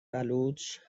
بلوچ